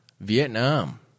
Vietnam